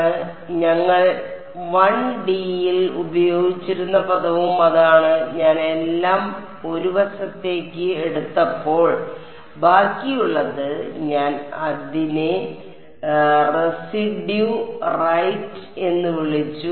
അതിനാൽ ഞങ്ങൾ 1D യിൽ ഉപയോഗിച്ചിരുന്ന പദവും അതാണ് ഞാൻ എല്ലാം 1 വശത്തേക്ക് എടുത്തപ്പോൾ ബാക്കിയുള്ളത് ഞാൻ അതിനെ റെസിഡ്യൂ റൈറ്റ് എന്ന് വിളിച്ചു